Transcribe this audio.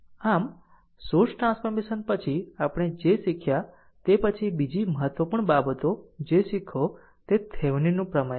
આમ source transformation પછી આપણે જે શીખ્યા તે પછી બીજી મહત્વપૂર્ણ બાબત જે શીખો તે થેવેવેનિનનું પ્રમેય છે